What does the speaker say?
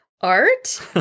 Art